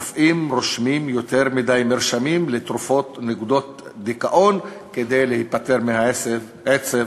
רופאים רושמים יותר מדי מרשמים לתרופות נוגדות דיכאון כדי להיפטר מהעצב,